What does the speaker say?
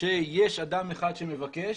שיש אדם אחד שמבקש,